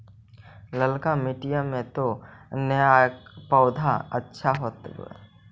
ललका मिटीया मे तो नयका पौधबा अच्छा होबत?